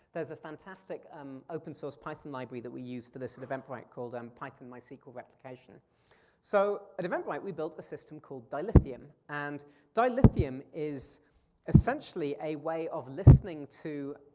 there's a fantastic um open source python library that we use for this at eventbrite called um python-mysql-replication. so so at eventbrite, we built a system called dilithium. and dilithium is essentially a way of listening to,